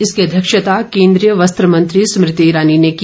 इसकी अध्यक्षता केन्द्रीय वस्त्र मंत्री स्मृति ईरानी ने की